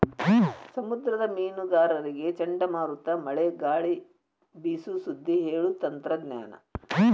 ಸಮುದ್ರದ ಮೇನುಗಾರರಿಗೆ ಚಂಡಮಾರುತ ಮಳೆ ಗಾಳಿ ಬೇಸು ಸುದ್ದಿ ಹೇಳು ತಂತ್ರಜ್ಞಾನ